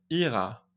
ira